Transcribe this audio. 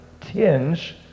tinge